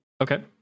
Okay